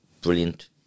brilliant